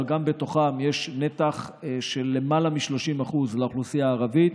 אבל גם בתוכם יש נתח של למעלה מ-30% לאוכלוסייה הערבית.